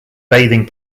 bathing